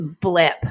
blip